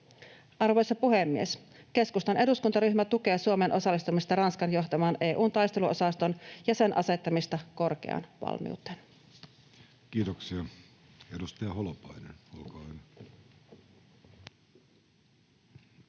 Arvoisa puhemies! Keskustan eduskuntaryhmä tukee Suomen osallistumista Ranskan johtamaan EU:n taisteluosastoon ja sen asettamista korkeaan valmiuteen. [Speech 18] Speaker: